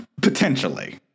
Potentially